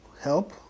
help